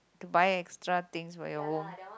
buy extra things for your home